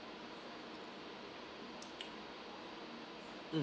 mm